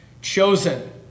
chosen